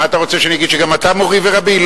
מה אתה רוצה שאני אגיד שגם אתה מורי ורבי?